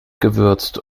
gewürzt